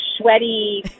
sweaty